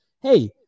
hey